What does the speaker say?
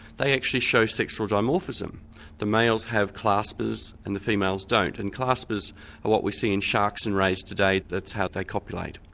they actually show sexual dimorphism the males have claspers and the females don't. and claspers are what we see in sharks and rays today, that's how they copulate.